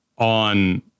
on